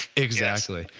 exactly.